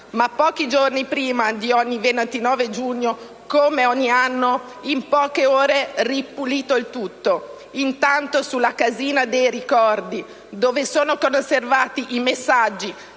ma pochi giorni prima di ogni 29 giugno come ogni anno, in poche ore, ripulito il tutto. Intanto sulla casina dei ricordi dove sono conservati i messaggi,